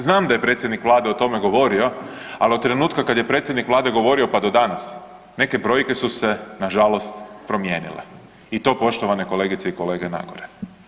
Znam da je predsjednik Vlade o tome govorio, ali od trenutka kada je predsjednik govorio pa do danas neke brojke su se nažalost promijenile i to poštovane kolegice i kolege na gore.